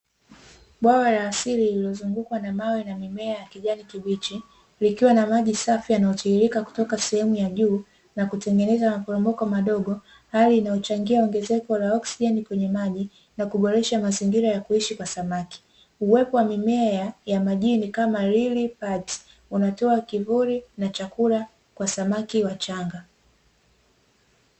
Bwawa la asili lililozungukwa na mawe na mimea ya kijani kibichi, likiwa na maji safi yanayotiririka kutoka sehemu ya juu na kutengeneza maporomoko madogo, hali inayochangia ongezeko la oxijeni kwenye maji na kuboresha mazingira ya kuishi kwa samaki. Uwepo wa mimea ya majini kama 'Riilipad', unatoa kivuli na chakula kwa samaki wachanga.